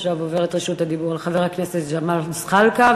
עכשיו עוברת רשות הדיבור לחבר הכנסת ג'מאל זחאלקה,